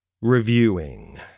reviewing